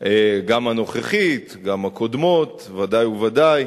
גם הנוכחית, גם הקודמות, ודאי וודאי,